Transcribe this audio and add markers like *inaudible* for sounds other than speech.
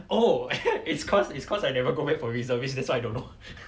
oh *laughs* it's cause it's cause I never go back for reservist that's why I don't know